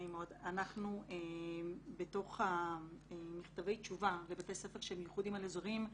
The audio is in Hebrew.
אנחנו בתוך מכתבי התשובה ובתי ספר שהם יחודיים על-אזוריים,